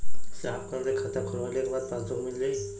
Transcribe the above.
साहब कब ले खाता खोलवाइले के बाद पासबुक मिल जाई?